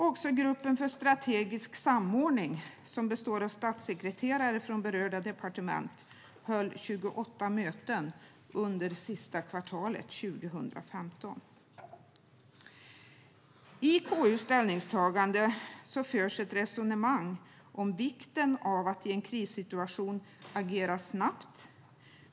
Och gruppen för strategisk samordning, som består av statssekreterare från berörda departement, höll 28 möten under det sista kvartalet 2015. I KU:s ställningstagande förs ett resonemang om vikten av att agera snabbt i en krissituation.